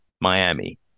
Miami